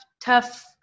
tough